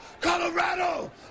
Colorado